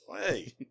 Hey